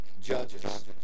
judges